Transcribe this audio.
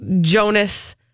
Jonas